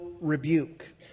rebuke